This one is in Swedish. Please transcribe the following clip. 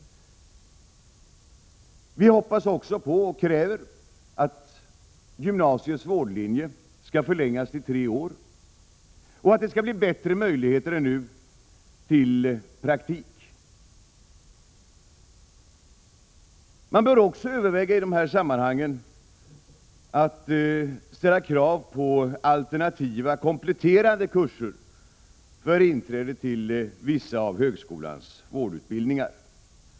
Vi hoppas också och kräver att gymnasiets vårdlinje skall förlängas till tre år och att det skall bli bättre möjligheter till praktik än nu är fallet. Man bör också i detta sammanhang överväga att ställa krav på alternativa kompletterande kurser för inträde till vissa av högskolans vårdutbildningar.